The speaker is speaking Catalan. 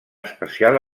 especial